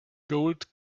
gold